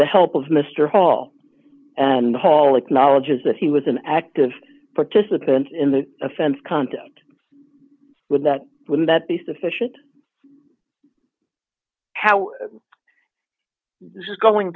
the help of mr hall and hall acknowledges that he was an active participant in the offense content with that would that be sufficient how this is going